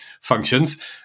functions